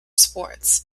sports